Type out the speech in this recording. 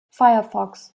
firefox